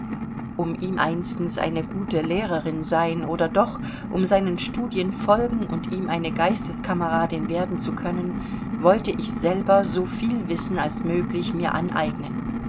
um ihm einstens eine gute lehrerin sein oder doch um seinen studien folgen und ihm eine geisteskameradin werden zu können wollte ich selber so viel wissen als möglich mir aneignen